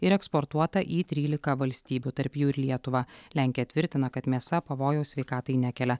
ir eksportuota į trylika valstybių tarp jų ir lietuvą lenkija tvirtina kad mėsa pavojaus sveikatai nekelia